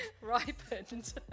Ripened